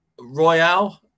Royale